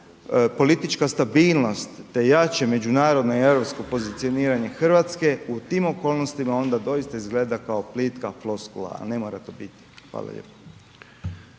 politička stabilnost, te jače međunarodno i europsko pozicioniranje RH u tim okolnostima onda doista izgleda kao plitka floskula, a ne mora to biti. Hvala lijepo.